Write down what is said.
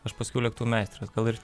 aš pasakiau lėktuvų meistras gal ir